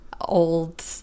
old